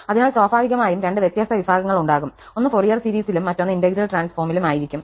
അതിനാൽ സ്വാഭാവികമായും രണ്ട് വ്യത്യസ്ത വിഭാഗങ്ങൾ ഉണ്ടാകും ഒന്ന് ഫോറിയർ സീരീസിലും മറ്റൊന്ന് ഇന്റഗ്രൽ ട്രാൻസ്ഫോമിലും ആയിരിക്കും